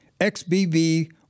XBB